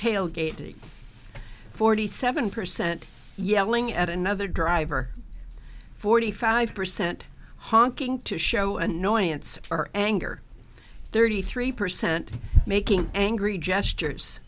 tailgate forty seven percent yelling at another driver forty five percent honking to show annoyance or anger thirty three percent making angry gestures